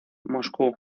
moscú